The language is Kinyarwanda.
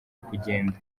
kugenda